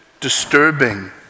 disturbing